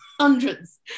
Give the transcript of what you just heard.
hundreds